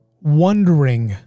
wondering